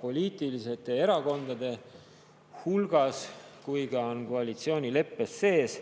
poliitiliste erakondade hulgas ja see on ka koalitsioonileppes sees.